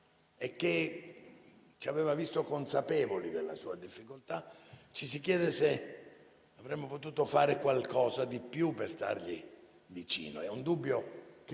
e che ci aveva visto consapevoli della sua difficoltà, avremmo potuto fare qualcosa di più per stargli vicino. È un dubbio che